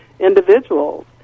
individuals